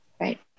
Right